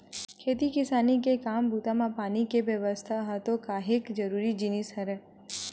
खेती किसानी के काम बूता म पानी के बेवस्था ह तो काहेक जरुरी जिनिस हरय